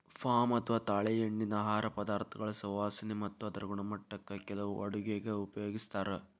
palm ಅಥವಾ ತಾಳೆಎಣ್ಣಿನಾ ಆಹಾರ ಪದಾರ್ಥಗಳ ಸುವಾಸನೆ ಮತ್ತ ಅದರ ಗುಣಮಟ್ಟಕ್ಕ ಕೆಲವು ಅಡುಗೆಗ ಉಪಯೋಗಿಸ್ತಾರ